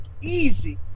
easy